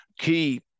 key